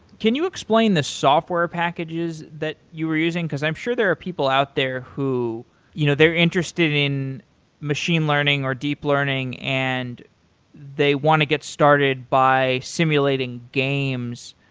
can you explain the software packages that you were using, because i'm sure there are people out there who you know they're interested in machine learning or deep learning and they want to get started by simulating games.